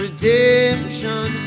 Redemption